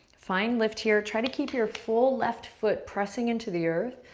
find lift here, try to keep your full left foot pressing into the earth,